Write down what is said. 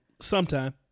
sometime